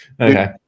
okay